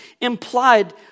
implied